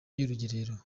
y’urugerero